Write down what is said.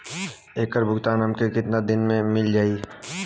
ऐकर भुगतान हमके कितना दिन में मील जाई?